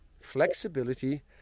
flexibility